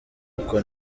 uko